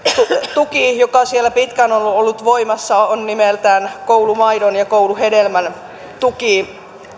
tuki joka siellä pitkään on ollut voimassa on nimeltään koulumaidon ja kouluhedelmän tuki